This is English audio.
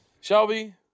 Shelby